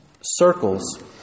circles